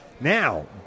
Now